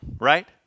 right